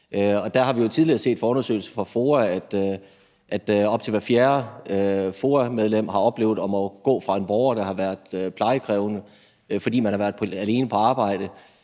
Der har vi jo tidligere set i undersøgelser fra FOA, at op til hvert fjerde FOA-medlem har oplevet at måtte gå fra en borger, der har været plejekrævende, fordi man har været alene på arbejde.